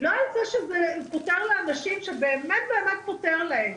לא על זה שמותר לאנשים שזה באמת פותר להם